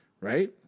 Right